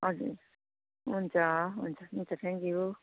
हजुर हुन्छ हुन्छ हुन्छ थ्याङ्क यु